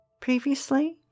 Previously